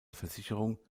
versicherung